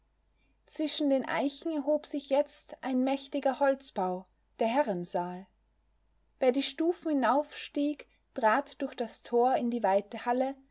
zwischen den eichen erhob sich jetzt ein mächtiger holzbau der herrensaal wer die stufen hinaufstieg trat durch das tor in die weite halle